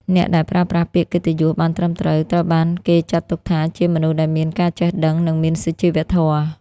អ្នកដែលប្រើប្រាស់ពាក្យកិត្តិយសបានត្រឹមត្រូវ ត្រូវបានគេចាត់ទុកថាជាមនុស្សដែលមានការចេះដឹង និងមានសុជីវធម៌។